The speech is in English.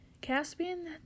Caspian